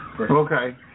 Okay